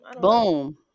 boom